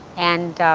and